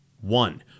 One